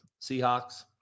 Seahawks